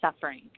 suffering